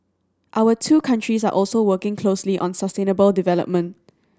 our two countries are also working closely on sustainable development